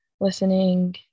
listening